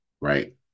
Right